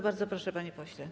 Bardzo proszę, panie pośle.